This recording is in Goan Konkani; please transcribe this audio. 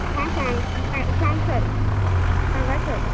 हां सांग सांग सांग सर सांगात सर